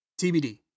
TBD